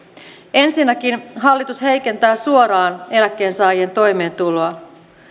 ensinnäkin hallitus heikentää suoraan eläkkeensaajien toimeentuloa